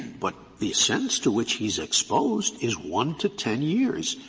but the sentence to which he is exposed is one to ten years.